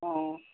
অ